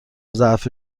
ضعف